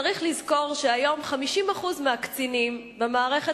צריך לזכור שהיום 50% מהקצינים במערכת